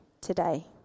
today